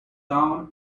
down